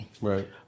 Right